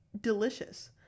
Delicious